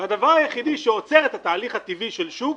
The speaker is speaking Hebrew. הדבר היחידי שעוצר את התהליך הטבעי של שוק,